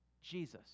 Jesus